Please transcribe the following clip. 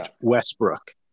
Westbrook